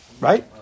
right